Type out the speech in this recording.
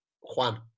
Juan